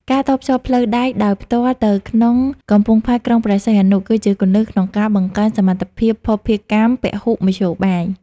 ការតភ្ជាប់ផ្លូវដែកដោយផ្ទាល់ទៅក្នុងកំពង់ផែក្រុងព្រះសីហនុ គឺជាគន្លឹះក្នុងការបង្កើនសមត្ថភាពភស្តុភារកម្មពហុមធ្យោបាយ។